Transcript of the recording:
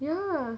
ya